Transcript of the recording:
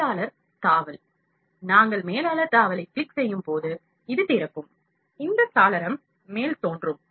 மேலாளர் தாவல் நாங்கள் மேலாளர் தாவலைக் கிளிக் செய்யும் போது இது திறக்கும் இந்த சாளரம் மேல்தோன்றும்